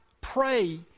pray